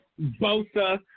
Bosa